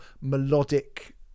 melodic